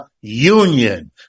union